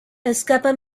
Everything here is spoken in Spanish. escapa